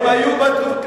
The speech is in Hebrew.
מה פתאום?